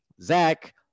Zach